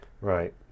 right